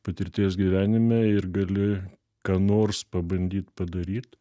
patirties gyvenime ir gali ką nors pabandyt padaryt